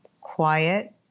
quiet